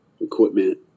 equipment